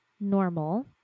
normal